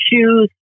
shoes